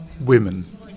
women